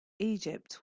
egypt